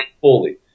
fully